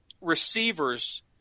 receivers –